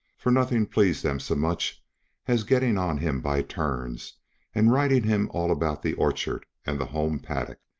for nothing pleased them so much as getting on him by turns and riding him all about the orchard and the home paddock,